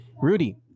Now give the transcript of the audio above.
Rudy